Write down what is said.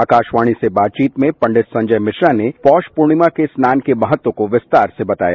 आकाशवाणी से बातचीत में पंडित संजय मिश्रा ने पौष पुर्णिमा के स्नान के महत्व को विस्तार से बताया